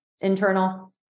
internal